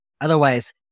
otherwise